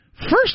First